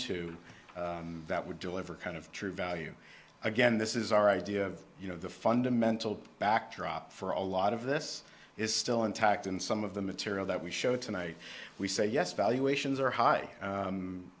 to that would deliver kind of true value again this is our idea of you know the fundamental backdrop for a lot of this is still intact in some of the material that we show tonight we say yes valuations are high